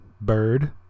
Bird